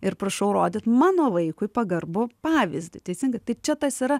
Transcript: ir prašau rodyt mano vaikui pagarbų pavyzdį teisingai tai čia tas yra